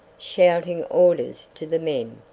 shouting orders to the men,